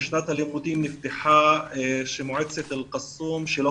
שנת הלימודים נפתחה שמועצת אל קסום שלא